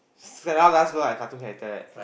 Sarah last what cartoon character right